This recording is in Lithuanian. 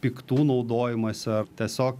piktų naudojimosi ar tiesiog